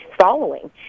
following